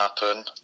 happen